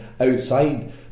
outside